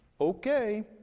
okay